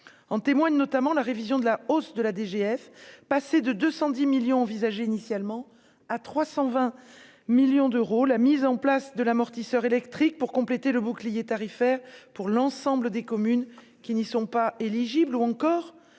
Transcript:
en témoigne notamment la révision de la hausse de la DGF passer de 210 millions envisagés initialement à 320 millions d'euros, la mise en place de l'amortisseur électrique pour compléter le bouclier tarifaire pour l'ensemble des communes qui ne sont pas éligible ou encore